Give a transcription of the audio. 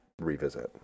revisit